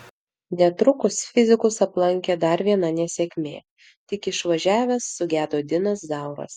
netrukus fizikus aplankė dar viena nesėkmė tik išvažiavęs sugedo dinas zauras